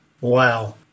Wow